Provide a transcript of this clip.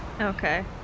Okay